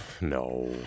No